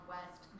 West